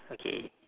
okay